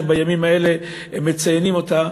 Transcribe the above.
שבימים האלה מציינים אותה,